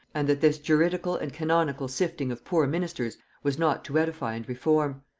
and that this juridical and canonical sifting of poor ministers was not to edify and reform.